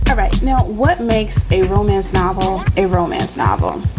right now, what makes a romance novel a romance novel?